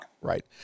Right